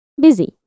Busy